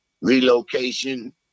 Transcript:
Relocation